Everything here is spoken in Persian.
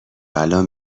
الان